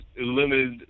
limited